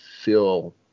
feel